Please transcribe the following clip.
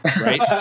right